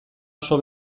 oso